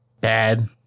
bad